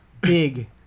big